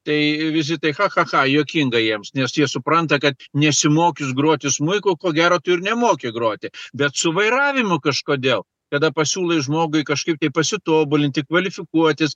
tai vizitai cha cha cha juokinga jiems nes jie supranta kad nesimokius groti smuiku ko gero tu ir nemoki groti bet su vairavimu kažkodėl kada pasiūlai žmogui kažkaip pasitobulinti kvalifikuotis